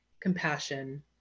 compassion